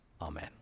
Amen